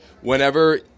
whenever